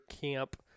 camp